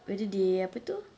whether they apa tu